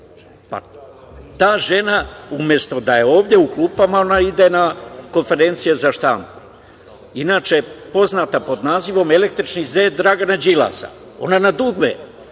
Pa, ta žena, umesto da je ovde u klupama, ona ide na konferencije za štampu. Inače je poznata pod nazivom „električni zec“ Dragana Đilasa. Ona na dugme